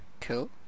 cool